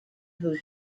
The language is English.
who